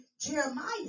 Jeremiah